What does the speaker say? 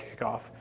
kickoff